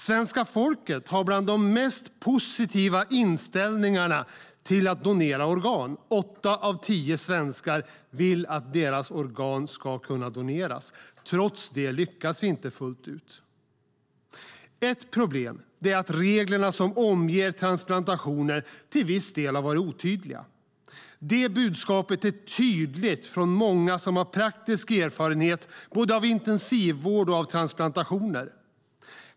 Svenska folket har bland de mest positiva inställningarna till att donera organ. Åtta av tio svenskar vill att deras organ ska kunna doneras. Trots det lyckas vi inte fullt ut. Ett problem är att reglerna som omger transplantationer till viss del varit otydliga. Det budskapet är tydligt från många som har praktisk erfarenhet av både intensivvård och transplantationer.